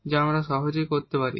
যা আমরা সহজেই করতে পারি